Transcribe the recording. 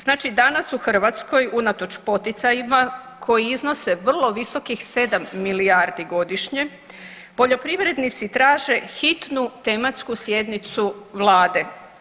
Znači danas u Hrvatskoj unatoč poticajima koji iznose vrlo visokih 7 milijardi godišnje poljoprivrednici traže hitnu tematsku sjednicu vlade.